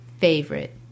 favorite